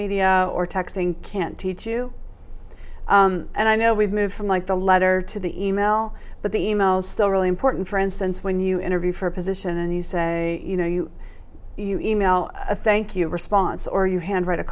media or texting can teach you and i know we've moved from like the letter to the e mail but the e mails still really important for instance when you interview for a position and you say you know you you e mail a thank you response or you hand write a